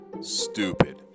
Stupid